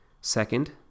Second